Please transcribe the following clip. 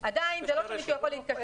אבל עדיין זה לא שמישהו יכול להתחבר.